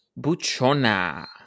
Buchona